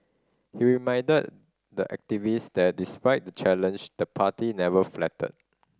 he reminded the activist that despite the challenge the party never faltered